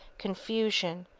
confusion,